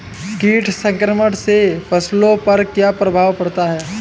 कीट संक्रमण से फसलों पर क्या प्रभाव पड़ता है?